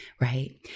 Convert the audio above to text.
Right